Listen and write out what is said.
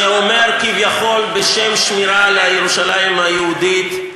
שאומר, כביכול, בשם שמירה על ירושלים היהודית,